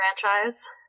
franchise